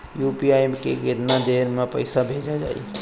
UPI से केतना देर मे पईसा भेजा जाई?